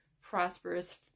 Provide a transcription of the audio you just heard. prosperous